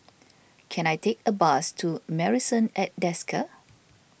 can I take a bus to Marrison at Desker